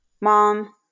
Mom